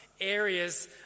areas